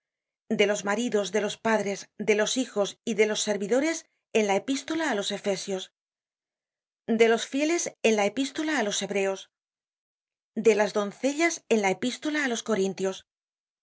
de los maridos de los padres de los hijos y de los servidores en la epístola á los efesios de los fieles en la epístola á los hebreos de las doncellas en la epístola á los corintios de